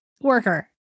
worker